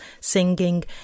singing